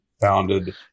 founded